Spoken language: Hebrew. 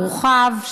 מורחב,